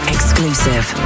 Exclusive